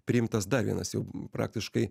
priimtas dar vienas jau praktiškai